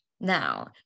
Now